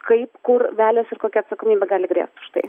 kaip kur veliasi ir kokia atsakomybė gali grėst už tai